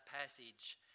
passage